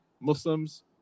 Muslims